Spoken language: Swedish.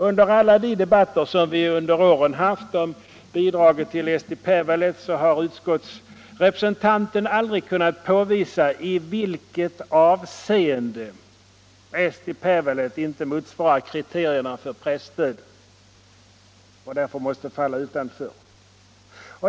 Under alla de debatter som vi under åren har fört om bidraget till Eesti Päevaleht har utskottsrepresentanten aldrig kunnat påvisa i vilket avseende Eesti Päevaleht inte motsvarar kriterierna för presstöd och därför måste falla utanför.